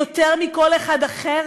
כי יותר מכל אחד אחר